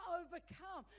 overcome